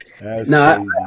no